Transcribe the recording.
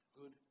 good